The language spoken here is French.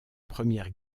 première